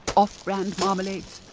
off-brand marmalades,